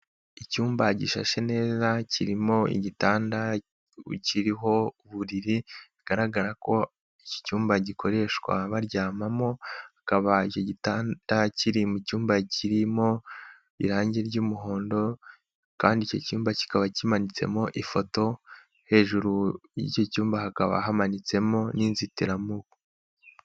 Icyumba gishashe neza kirimo igitanda, kiriho uburiri bigaragara ko iki cyumba gikoreshwa baryamamo, hakaba igitanda kiri mu cyumba kirimo irangi ry'umuhondo kandi iki cyumba kikaba kimanitsemo ifoto hejuru y'icyumba, hakaba hamanitsemo n'inzitiramubu.